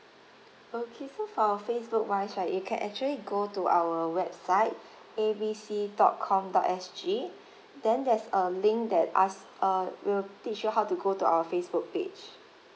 okay so for our facebook wise right you can actually go to our website A B C dot com dot S_G then there's a link that ask uh will teach you how to go to our facebook page